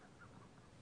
והם